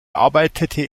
arbeitete